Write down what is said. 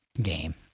game